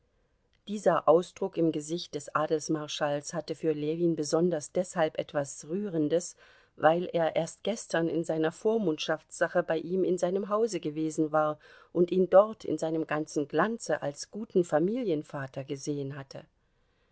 dieser ausdruck im gesicht des adelsmarschalls hatte für ljewin besonders deshalb etwas rührendes weil er erst gestern in seiner vormundschaftssache bei ihm in seinem hause gewesen war und ihn dort in seinem ganzen glanze als guten familienvater gesehen hatte